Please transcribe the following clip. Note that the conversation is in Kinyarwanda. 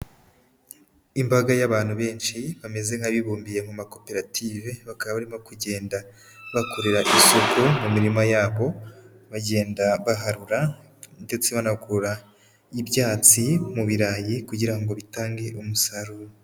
Imbaga y'abantu benshi, bameze nk'abibumbiye mu makoperative, bakaba barimo kugenda bakorera isuku mu mirima yabo, bagenda baharura ndetse banakura ibyatsi mu birayi kugira ngo bitange umusaruro.